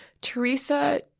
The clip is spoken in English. Teresa